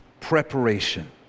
preparation